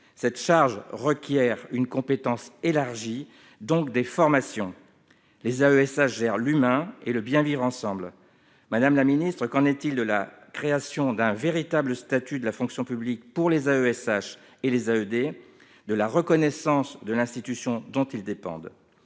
cette charge requièrent une compétence élargie, donc des formations, les AESH vers l'humain et le bien vivre ensemble, madame la ministre, qu'en est-il de la création d'un véritable statut de la fonction publique pour les AESH et les de la reconnaissance de l'institution dont ils dépendent,